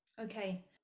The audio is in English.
Okay